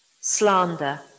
slander